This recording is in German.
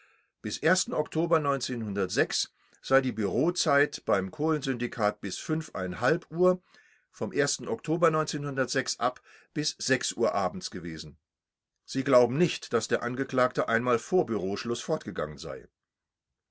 bis oktober sei die bureauzeit beim kohlensyndikat bis uhr vom oktober ab bis uhr abends gewesen sie glauben nicht daß der angeklagte einmal vor bureauschluß fortgegangen sei